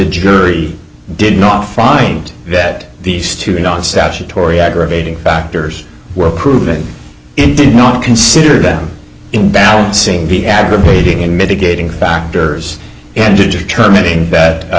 jury did not find that these two non statutory aggravating factors were proven in did not consider that in balancing be aggravating and mitigating factors and determining